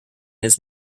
his